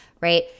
right